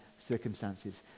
circumstances